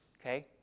Okay